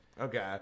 Okay